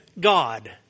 God